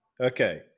Okay